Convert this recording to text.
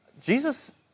Jesus